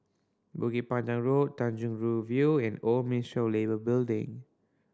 Bukit Panjang Road Tanjong Rhu View and Old of Building